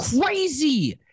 crazy